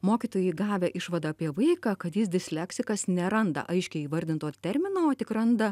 mokytojai gavę išvadą apie vaiką kad jis disleksikas neranda aiškiai įvardinto termino o tik randa